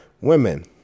Women